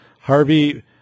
Harvey